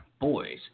boys